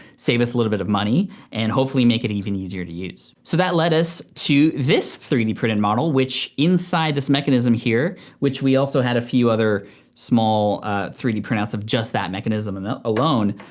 save us a little bit of money and hopefully make it even easier to use. so that led us to this three d printed model, which inside this mechanism here, which we also had a few other small ah three d printouts of just that mechanism and alone,